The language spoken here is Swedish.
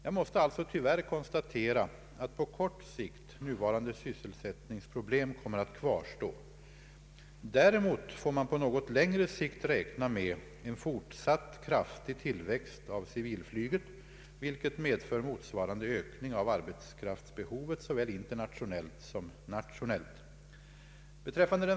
Jag måste alltså tyvärr konstatera att på kort sikt nuvarande sysselsättningsproblem kommer att kvarstå. Däremot får man på något längre sikt räkna med en fortsatt kraftig tillväxt av civilflyget, vilket medför motsvarande ökning av arbetskraftsbehovet såväl internationellt som nationellt.